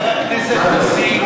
חבר הכנסת נסים,